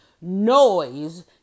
noise